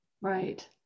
Right